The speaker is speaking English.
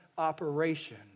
Operation